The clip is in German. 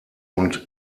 und